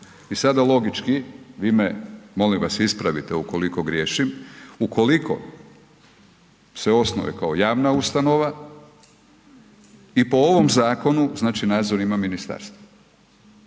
i sada logički vi me molim vas ispravite ukoliko griješim. Ukoliko se osnuje kao javna ustanova i po ovom zakonu, znači nadzor ima ministarstvo.